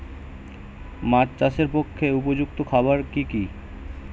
মাছ চাষের পক্ষে উপযুক্ত খাবার কি কি?